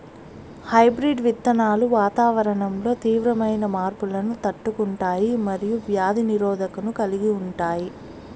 hybrid విత్తనాలు వాతావరణంలో తీవ్రమైన మార్పులను తట్టుకుంటాయి మరియు వ్యాధి నిరోధకతను కలిగి ఉంటాయి